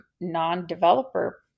non-developer